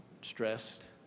stressed